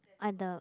ah the